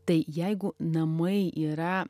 tai jeigu namai yra